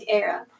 era